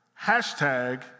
hashtag